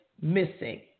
missing